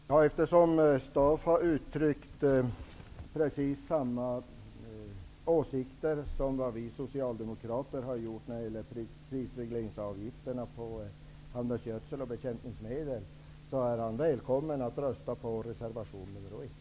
Herr talman! Eftersom Harry Staaf gav uttryck åt precis samma åsikter som vi socialdemokrater har när det gäller prisregleringsavgiften på handelsgödsel och bekämpningsmedel, är han välkommen att rösta på reservation 1.